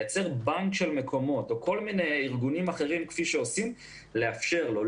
צריך לייצר בנק של מקומות או כל מיני ארגונים אחרים ולאפשר לו.